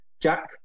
Jack